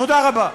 תודה רבה.